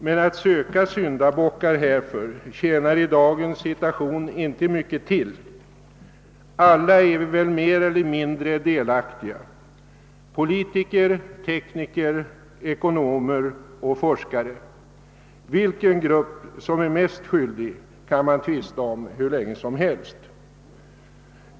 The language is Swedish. Men att söka syndabockar för att lagstiftningen kommer först nu tjänar i dagens situation inte mycket till. Alla är vi väl mer eller mindre delaktiga: politiker, tekniker, ekonomer och forskare. Vilken grupp som är mest skyldig kan man tvista om hur länge som helst.